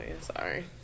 Sorry